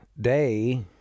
day